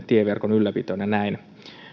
tieverkon ylläpitoon ja näin